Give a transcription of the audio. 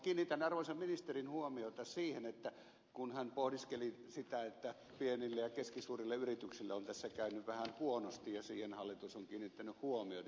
kiinnitän arvoisan ministerin huomiota siihen kun hän pohdiskeli sitä että pienille ja keskisuurille yrityksille on tässä käynyt vähän huonosti ja siihen hallitus ja ministeri on kiinnittänyt huomiota